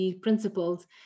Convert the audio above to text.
principles